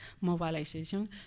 mobilization